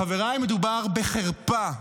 חבריי, מדובר בחרפה,